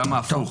כמה זה הפוך.